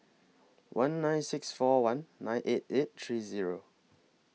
one nine six four one nine eight eight three Zero